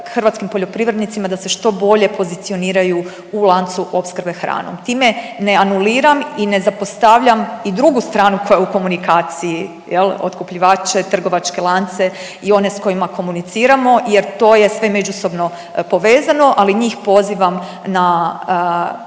hrvatskim poljoprivrednicima da se što bolje pozicioniraju u lancu opskrbe hranom. Time ne anuliram i ne zapostavljam i drugu stranu koja je u komunikaciji, je li, otkupljivače, trgovačke lance i one s kojima komuniciramo jer to je sve međusobno povezano, ali njih pozivam na,